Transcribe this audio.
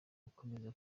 gukomeza